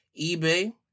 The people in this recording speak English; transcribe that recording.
eBay